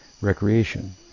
recreation